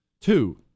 Two